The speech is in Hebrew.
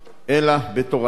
אלא בתורתה,